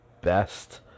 best